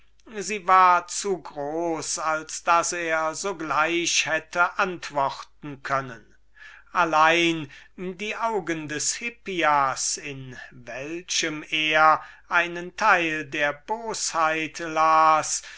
sie war zu groß als daß er sogleich hätte antworten können allein die augen des hippias in denen er einen teil der bosheit lase